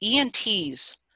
ENTs